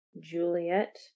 Juliet